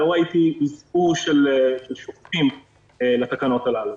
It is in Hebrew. לא ראיתי אזכור של שופטים לתקנות הללו.